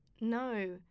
No